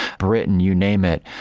britain, you name it,